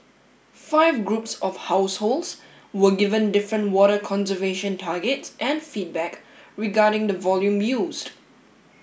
five groups of households were given different water conservation targets and feedback regarding the volume used